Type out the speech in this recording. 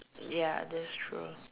ya that's true